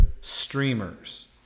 streamers